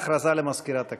הודעה למזכירת הכנסת,